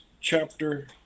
chapter